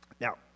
Now